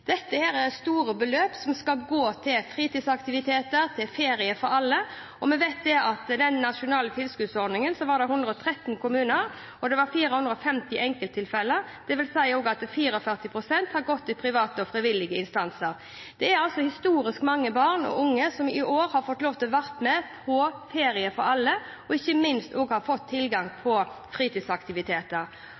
er store beløp, som skal gå til fritidsaktiviteter, til Ferie for alle, og vi vet at i den nasjonale tilskuddsordningen var det 113 kommuner og 450 enkelttilfeller. Det vil også si at 44 pst. har gått til private og frivillige instanser. Det er altså historisk mange barn og unge som i år har fått lov til å være med på Ferie for alle, og som ikke minst har fått tilgang til fritidsaktiviteter.